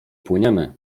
płyniemy